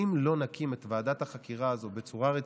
אם לא נקים את ועדת החקירה הזו בצורה רצינית,